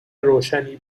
روشنی